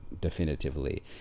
definitively